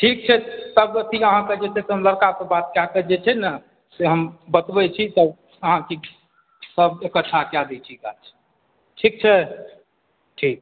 ठीक छै तब अथि से अहाँकेँ जे छै से हम लड़कासँ बात कऽ कऽ जे छै ने बतबैत छी तब अहाँकेँ सब इक्कठ्ठा कए दै छी गाछ ठीक छै ठीक